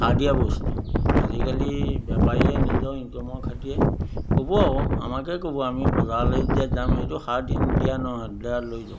সাৰ দিয়া বস্তু আজিকালি বেপাৰীয়ে নিজৰ ইনকামৰ খাতিৰত ক'ব আৰু আমাকে ক'ব আমি বজাৰলৈ যেতিয়া যাম এইটো সাৰ দি দিয়া নহয় দাদা লৈ যাওক